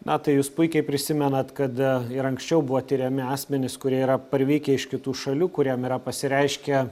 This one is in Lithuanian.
na tai jūs puikiai prisimenat kad ir anksčiau buvo tiriami asmenys kurie yra parvykę iš kitų šalių kuriem yra pasireiškę